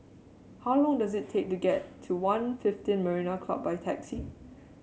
how long does it take to get to One fifteen Marina Club by taxi